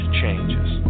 changes